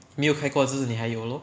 没有开过就是你还有 lor